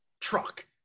truck